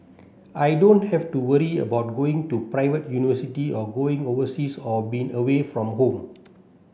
I don't have to worry about going to private university or going overseas or being away from home